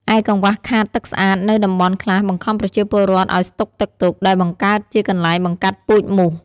ឯកង្វះខាតទឹកស្អាត នៅតំបន់ខ្លះបង្ខំប្រជាពលរដ្ឋឱ្យស្តុកទឹកទុក ដែលបង្កើតជាកន្លែងបង្កាត់ពូជមូស។